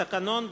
התקנון,